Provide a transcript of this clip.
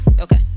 Okay